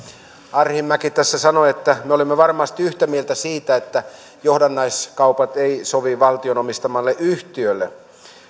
arhinmäki tässä sanoi että me olemme varmasti yhtä mieltä siitä että johdannaiskaupat eivät sovi valtion omistamalle yhtiölle